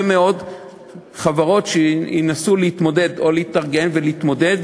מאוד חברות שינסו להתמודד או להתארגן ולהתמודד.